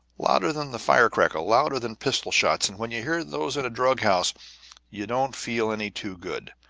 louder than the fire crackle, louder than pistol shots, and when you hear those in a drug-house you don't feel any too good.